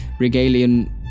regalian